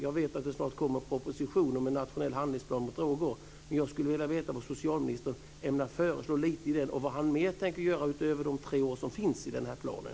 Jag vet att det snart kommer en proposition om en nationell handlingsplan mot droger, men jag skulle vilja veta vad socialministern ämnar föreslå i den och vad han mer tänker göra utöver förslagen för de tre år som finns i den här planen.